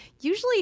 usually